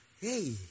Hey